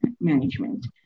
management